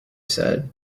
said